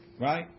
right